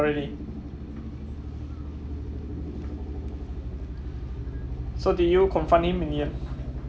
oh really so did you confront him